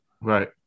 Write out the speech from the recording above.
Right